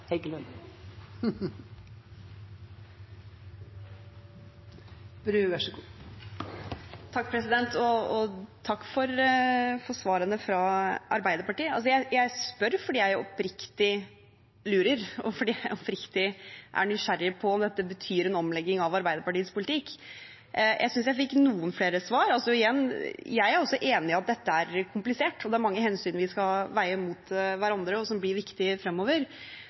oppriktig nysgjerrig på om dette betyr en omlegging av Arbeiderpartiets politikk. Jeg synes jeg fikk noen flere svar. Igjen: Jeg er enig i at dette er komplisert, og det er mange hensyn vi skal veie mot hverandre, og som blir viktige fremover.